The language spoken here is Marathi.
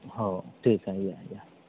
हो ठीक आहे या या